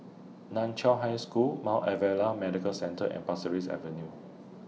NAN Chiau High School Mount Alvernia Medical Centre and Pasir Ris Avenue